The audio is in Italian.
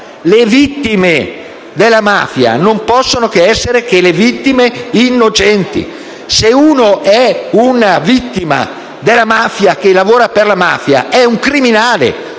le vittime della mafia non possono che essere vittime innocenti. Se uno è vittima della mafia e lavora per la mafia è un criminale,